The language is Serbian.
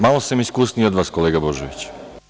Malo sam iskusniji od vas, kolega Božoviću.